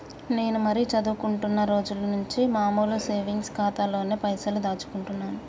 నేను మరీ చదువుకుంటున్నా రోజుల నుంచి మామూలు సేవింగ్స్ ఖాతాలోనే పైసలు దాచుకుంటున్నాను